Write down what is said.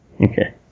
Okay